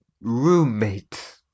roommate